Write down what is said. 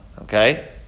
okay